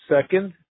second